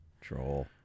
Troll